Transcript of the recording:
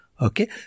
Okay